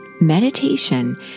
Meditation